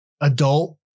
adult